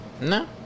No